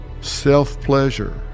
Self-pleasure